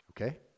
Okay